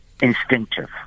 instinctive